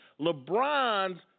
LeBron's